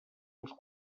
els